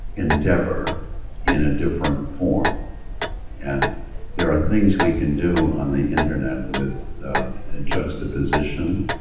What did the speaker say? endeavor in a different form and there are things we can do on the internet with juxtaposition,